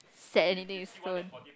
set anything in stone